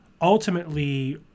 ultimately